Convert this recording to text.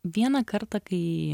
vieną kartą kai